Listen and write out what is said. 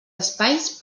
espais